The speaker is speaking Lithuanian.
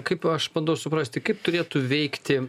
kaip aš bandau suprasti kaip turėtų veikti